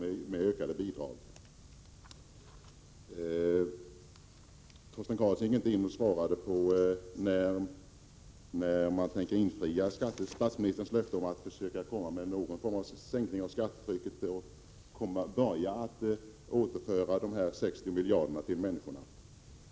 Torsten Karlsson svarade inte på frågan när man tänker infria statsministerns löfte att försöka åstadkomma någon form av sänkning av skattetrycket och börja återföra dessa 60 miljarder till människorna.